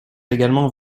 également